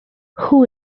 who